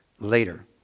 later